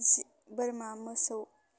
बोरमा मोसौ